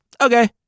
Okay